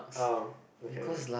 oh okay